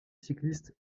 cycliste